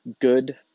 good